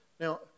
Now